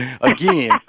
again